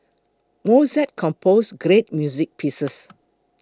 Mozart composed great music pieces